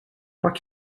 pak